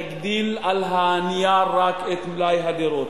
תגדיל רק על הנייר את מלאי הדירות,